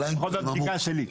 לפחות לפי הבדיקה שלי.